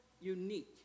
unique